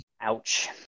ouch